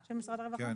כן,